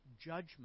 judgment